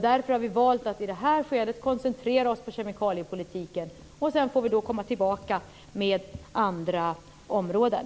Därför har vi valt att i det här skedet koncentrera oss på kemikaliepolitiken, och sedan får vi komma tillbaka med andra områden.